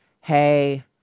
Hey